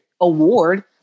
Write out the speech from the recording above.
award